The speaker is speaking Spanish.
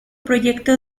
proyecto